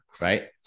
Right